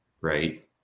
right